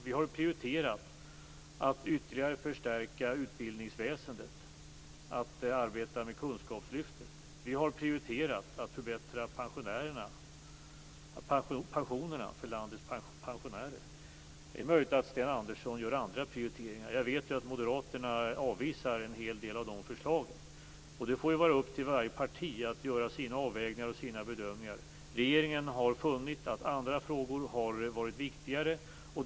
Vi har prioriterat att ytterligare förstärka utbildningsväsendet och att arbeta med kunskapslyftet. Vi har prioriterat att förbättra pensionerna för landets pensionärer. Det är möjligt att Sten Andersson gör andra prioriteringar. Jag vet att moderaterna avvisar en hel del av våra förslag. Det får vara upp till varje parti att göra sina avvägningar och bedömningar. Regeringen har funnit att andra frågor har varit viktigare.